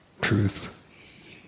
truth